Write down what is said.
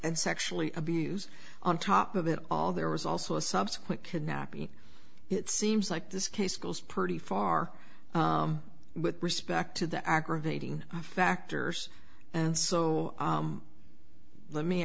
and sexually abuse on top of it all there was also a subsequent kidnapping it seems like this case goes pretty far with respect to the aggravating factors and so let me